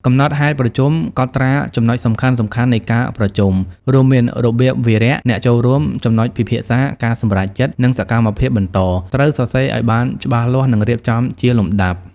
កំណត់ហេតុប្រជុំ កត់ត្រាចំណុចសំខាន់ៗនៃការប្រជុំ រួមមានរបៀបវារៈ អ្នកចូលរួម ចំណុចពិភាក្សា ការសម្រេចចិត្ត និងសកម្មភាពបន្ត ត្រូវសរសេរឲ្យបានច្បាស់លាស់និងរៀបចំជាលំដាប់។